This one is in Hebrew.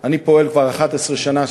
שאני פועל בהן כבר 11 שנה,